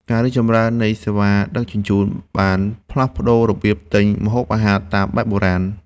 ការរីកចម្រើននៃសេវាដឹកជញ្ជូន បានផ្លាស់ប្តូររបៀបទិញម្ហូបអាហារតាមបែបបុរាណ។